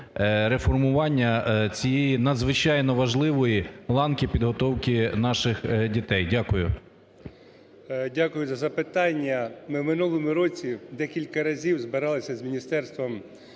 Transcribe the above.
реформування цієї, надзвичайно важливої, ланки підготовки наших дітей? Дякую. 12:46:33 КУЛІЧЕНКО І.І. Дякую за запитання. Ми в минулому році декілька разів збиралися з Міністерством